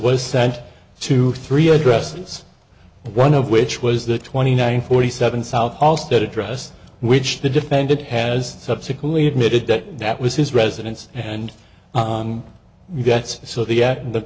was sent to three addresses one of which was the twenty nine forty seven south all stead addressed which the defendant has subsequently admitted that that was his residence and you gets so the